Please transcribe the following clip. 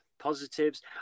positives